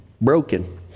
broken